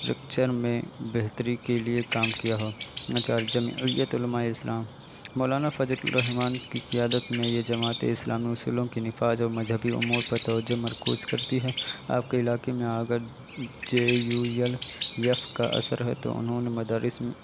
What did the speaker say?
ریکچر میں بہتری کے لیے کام کیا ہو جمعیت علماء اسلام مولانا فضل الرحمن کی قیادت میں یہ جماعت اسلامی اصولوں کے نفاذ اور مذہبی امور پر توجہ مرکوز کرتی ہے آپ کے علاقے میں اگر جے یو یل یف کا اثر ہے تو انہوں نے مدارس میں